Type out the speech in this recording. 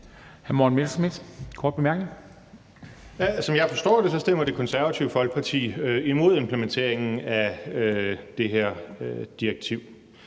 Som jeg forstår det, stemmer Det Konservative Folkeparti imod implementeringen af det her direktiv.